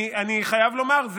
אני חייב לומר,